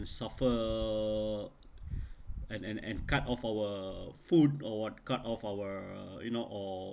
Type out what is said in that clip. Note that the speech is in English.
suffer and and and cut off our food or what cut of our you know or